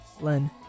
Len